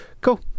cool